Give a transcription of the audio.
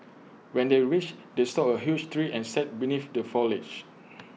when they reached they saw A huge tree and sat beneath the foliage